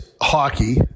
hockey